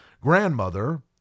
grandmother